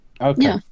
okay